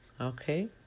okay